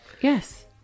Yes